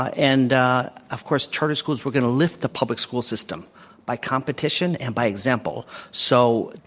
ah and of course, charter schools were going to lift the public-school system by competition and by example. so,